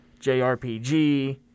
jrpg